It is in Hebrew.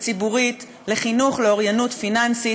וציבורית לחינוך לאוריינות פיננסית,